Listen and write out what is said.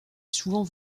souvent